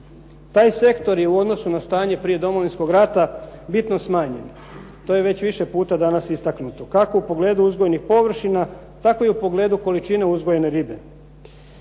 Taj sektor je u odnosu na stanje prije Domovinskog rata bitno smanjen. To je već više puta danas istaknuto kako u pogledu uzgojenih površina, tako i u pogledu količine uzgojene ribe.